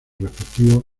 respectivos